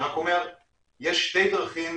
אני רק אומר שיש שתי דרכים,